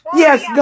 yes